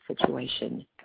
situation